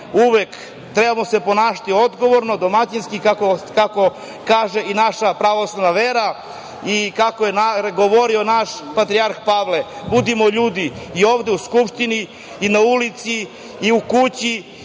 se trebamo ponašati odgovorno, domaćinski kako kaže i naša pravoslavna vera i kako je govorio naš Patrijarh Pavle – Budimo ljudi, i ovde u Skupštini i na ulici i u kući,